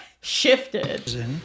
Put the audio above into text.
shifted